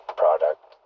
product